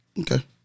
Okay